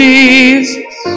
Jesus